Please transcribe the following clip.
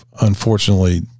unfortunately